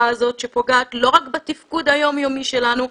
הזאת שפוגעת לא רק בתפקוד היומיומי שלנו,